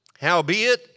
Howbeit